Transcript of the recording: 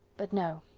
but no,